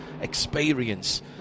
experience